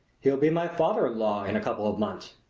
he'll be my father-in-law in a couple of months.